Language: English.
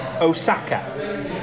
Osaka